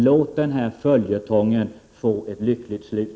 Låt den här följetongen få ett lyckligt slut!